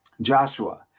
Joshua